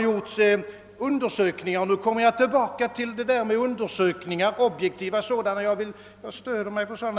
Jag stöder mig återigen på objektiva undersökningar; det kan inte hjälpas, herr Arvidson.